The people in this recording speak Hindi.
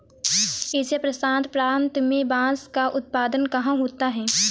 एशिया प्रशांत प्रांत में बांस का उत्पादन कहाँ होता है?